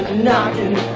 knocking